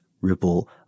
ripple